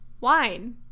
Wine